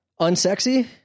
unsexy